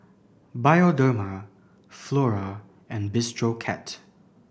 Bioderma Flora and Bistro Cat